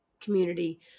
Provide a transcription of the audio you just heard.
community